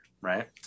right